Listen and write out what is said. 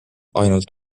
ainult